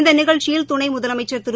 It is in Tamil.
இந்த நிகழ்ச்சியில் துணை முதலமைச்சா் திரு